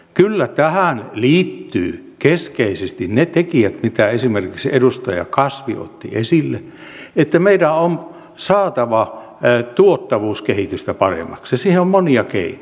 kyllä tähän liittyvät keskeisesti ne tekijät joita esimerkiksi edustaja kasvi otti esille että meidän on saatava tuottavuuskehitystä paremmaksi ja siihen on monia keinoja